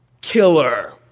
killer